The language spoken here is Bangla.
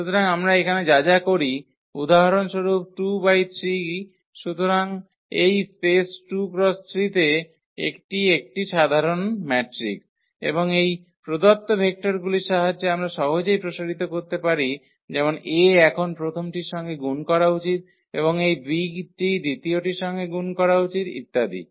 সুতরাং আমরা এখানে যা যা করি উদাহরণস্বরূপ 2 বাই 3 সুতরাং এটি এই স্পেস 2 × 3 তে এটি একটি সাধারণ ম্যাট্রিক্স এবং এই প্রদত্ত ভেক্টরগুলির সাহায্যে আমরা সহজেই প্রসারিত করতে পারি যেমন a এখন প্রথমটির সঙ্গে গুণ করা উচিত এবং এই b টি দ্বিতীয়টির সঙ্গে গুন করা উচিত ইত্যাদি